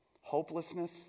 hopelessness